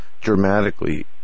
dramatically